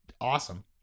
awesome